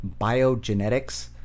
biogenetics